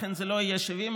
לכן זה לא יהיה 70,000,